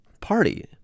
party